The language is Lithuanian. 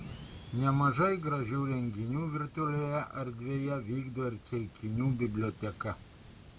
nemažai gražių renginių virtualioje erdvėje vykdo ir ceikinių biblioteka